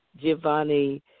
Giovanni